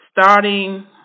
starting